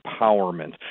empowerment